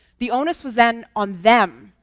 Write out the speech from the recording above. the onus was then on them,